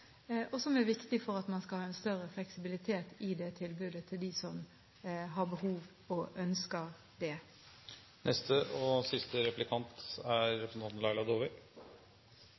og som er viktig for at man skal ha en større fleksibilitet i tilbudet til dem som har behov for og ønsker det.